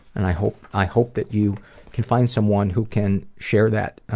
and i hope i hope that you can find someone who can share that